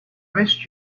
missed